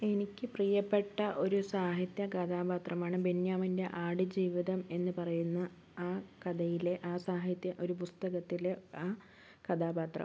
എനിക്ക് പ്രിയപ്പെട്ട ഒരു സാഹിത്യ കഥാപാത്രമാണ് ബെന്യാമൻ്റെ ആടുജീവിതം എന്നു പറയുന്ന ആ കഥയിലെ ആ സാഹിത്യ ഒരു പുസ്തകത്തിലെ ആ കഥാപാത്രം